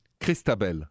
Christabel